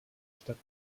stadt